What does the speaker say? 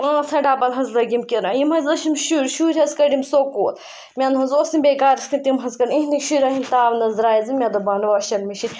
پانٛژھ ہَتھ ڈَبَل حظ لٔگِم کِراے یِم حظ ٲسِم شُرۍ شُرۍ حظ کٔڑِم سکوٗل مےٚ نہ حظ اوس نہٕ بیٚیہِ گَرَس تہِ تِم حظ کٔڑِم یِہِنٛدے شُرٮ۪ن ہِنٛدۍ تاونہٕ حظ درٛایَس بہٕ مےٚ دوٚپ بہٕ اَننہٕ واشنٛگ مِشیٖن